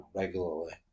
regularly